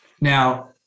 Now